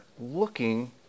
looking